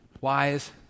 wise